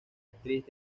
actriz